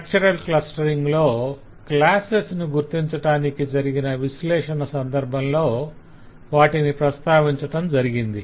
structural clustering లో classes ను గుర్తించటానికి జరిగిన విశ్లేషణ సందర్భంలో వాటిని ప్రస్తావించటం జరిగింది